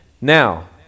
Now